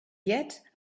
yet